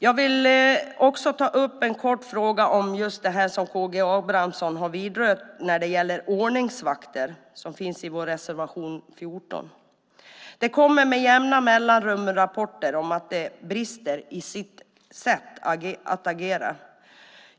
Jag vill ta upp en annan fråga, som även Karl Gustav Abramsson berörde, och det gäller ordningsvakter. Den tas upp i vår reservation 14. Det kommer med jämna mellanrum rapporter att ordningsvakterna brister i sitt sätt att agera.